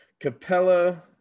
Capella